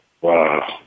Wow